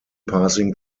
passing